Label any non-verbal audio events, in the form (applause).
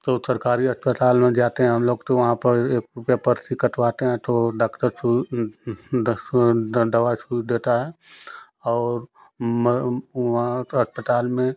तो सरकारी अस्पताल में जाते हैं हम लोग तो वहाँ पर एक रुपए पर्ची कटवाते हैं तो डॉक्टर (unintelligible) देता है और मैं वहाँ तो अस्पताल में